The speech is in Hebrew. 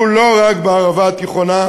שהוא לא רק בערבה התיכונה.